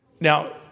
Now